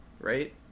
Right